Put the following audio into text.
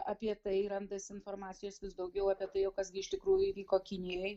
apie tai randasi informacijos vis daugiau apie tai jau kas gi iš tikrųjų įvyko kinijoj